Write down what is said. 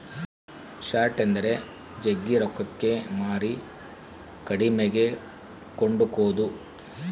short ಎಂದರೆ ಜಗ್ಗಿ ರೊಕ್ಕಕ್ಕೆ ಮಾರಿ ಕಡಿಮೆಗೆ ಕೊಂಡುಕೊದು